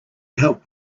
helped